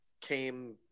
came